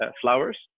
flowers